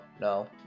no